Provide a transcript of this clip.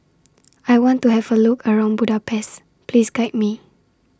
I want to Have A Look around Budapest Please Guide Me